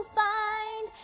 find